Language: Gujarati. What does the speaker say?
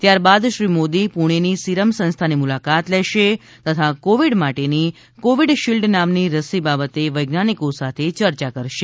ત્યારબાદ શ્રી મોદી પુણેની સીરમ સંસ્થાની મુલાકાત લેશે તથા કોવિડ માટેની કોવિડશીલ્ડ નામની રસી બાબતે વૈજ્ઞાનિકો સાથે ચર્ચા કરશે